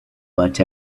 but